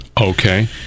Okay